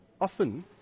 Often